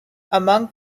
among